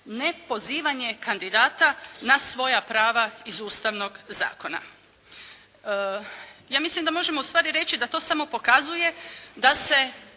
nepozivanje kandidata na svoja prava iz Ustavnog zakona. Ja mislim da možemo ustvari reći da to samo pokazuje da se